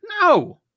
No